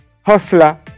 Hustler